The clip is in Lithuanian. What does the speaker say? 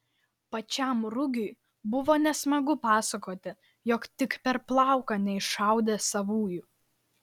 pačiam rugiui buvo nesmagu pasakoti jog tik per plauką neiššaudė savųjų